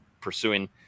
pursuing